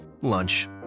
lunch